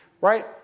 Right